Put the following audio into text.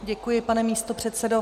Děkuji, pane místopředsedo.